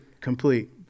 complete